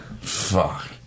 Fuck